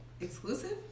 Exclusive